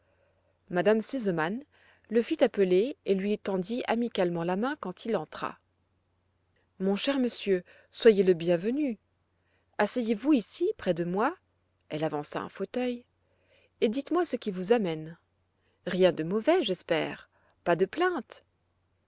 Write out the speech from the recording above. me sesemann le fit appeler et lui tendit amicalement la main quand il entra mon cher monsieur soyez le bienvenu asseyez-vous ici près de moi elle avança un fauteuil et dites-moi ce qui vous amène rien de mauvais j'espère pas de plaintes